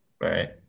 Right